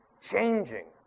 changing